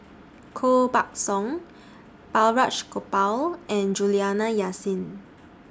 Koh Buck Song Balraj Gopal and Juliana Yasin